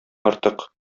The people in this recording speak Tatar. артык